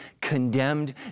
condemned